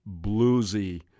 bluesy